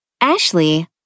Ashley